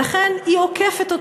לכן היא עוקפת אותו.